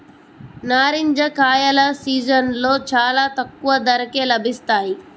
నారింజ కాయల సీజన్లో చాలా తక్కువ ధరకే లభిస్తాయి